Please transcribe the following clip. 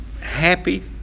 happy